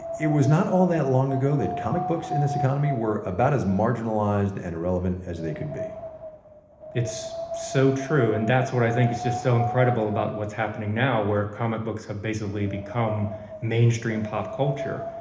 it was not all that long ago that comic books in this economy were about as marginalized and irrelevant as they could be it's so true, and that's what i think is just so incredible about what's happening now, where comic books have basically become mainstream pop culture.